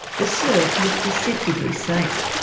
the surf looked deceptively safe.